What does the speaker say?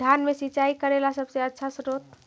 धान मे सिंचाई करे ला सबसे आछा स्त्रोत्र?